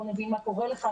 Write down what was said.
בוא נבין מה קורה לך,